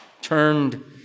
turned